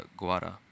guara